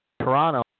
Toronto